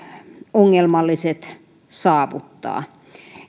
ongelmallista saavuttaa